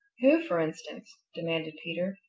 who, for instance? demanded peter.